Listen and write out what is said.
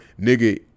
nigga